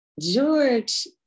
George